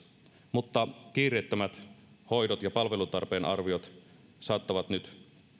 mutta kiireettömät hoidot ja palvelutarpeen arviot saattavat nyt